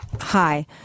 Hi